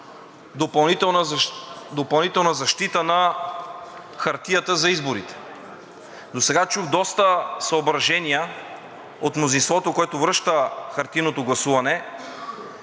допълнителна защита на хартията за изборите. Досега чух доста съображения от мнозинството, което връща хартиеното гласуване,